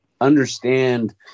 understand